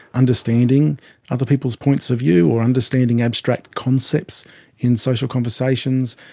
understanding other people's points of view, or understanding abstract concepts in social conversations.